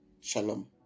Shalom